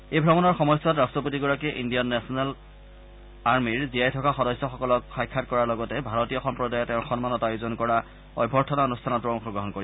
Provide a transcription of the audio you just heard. এই ভ্ৰমণৰ সময়ছোৱাত ৰট্টপতিগৰাকীয়ে ইণ্ডিয়ান নেচনেল আৰ্মিৰ জীয়াই থকা সদস্যসকলক সাক্ষাৎ কৰাৰ লগতে ভাৰতীয় সম্প্ৰদায়ে তেওঁৰ সন্মানত আয়োজন কৰা অভ্যৰ্থনা অনুষ্ঠানতো অংশগ্ৰহণ কৰিব